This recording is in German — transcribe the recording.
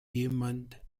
jemand